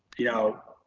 you know,